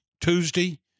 Tuesday